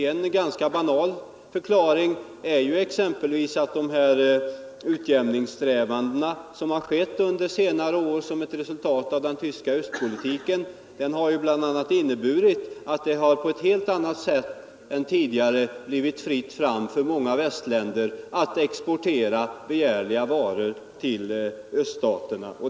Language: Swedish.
En ganska banal förklaring är att utjämningssträvandena under senare år som ett resultat av den tyska östpolitiken bl.a. inheburit att det på ett helt annat sätt än tidigare blivit fritt fram för många västländer att exportera begärliga varor till öststaterna.